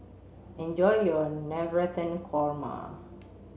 enjoy your Navratan Korma